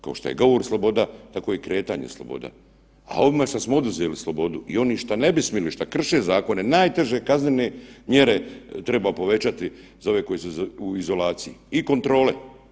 Kao što je govor sloboda, tako je i kretanje sloboda, a ovima što smo oduzeli slobodu i oni što ne bi smjeli, što krše zakone najteže kaznene mjere treba povećati za ove koji su u izolaciji i kontrole.